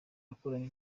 akoranye